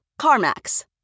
CarMax